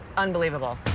unbelievable.